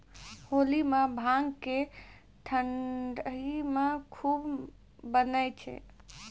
होली मॅ भांग के ठंडई भी खूब बनै छै